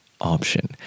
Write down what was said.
option